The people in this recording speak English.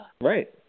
right